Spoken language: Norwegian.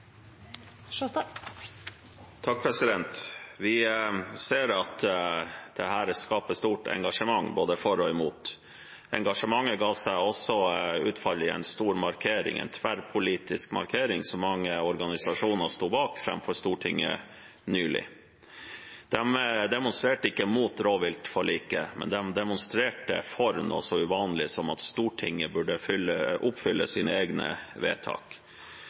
blir replikkordskifte. Vi ser at dette skaper stort engasjement både for og mot. Engasjementet ga seg også nylig uttrykk i form av en stor tverrpolitisk markering som mange organisasjoner stod bak, foran Stortinget. De demonstrerte ikke mot rovviltforliket, men de demonstrerte for noe så uvanlig som at Stortinget burde oppfylle sine egne vedtak.